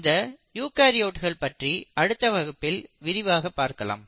இந்த யூகரியோட்ஸ் பற்றி அடுத்த வகுப்பில் விரிவாக பார்க்கலாம்